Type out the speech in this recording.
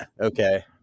okay